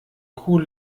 kuh